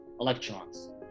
electrons